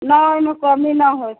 ना ओहिमे कमी ना होइ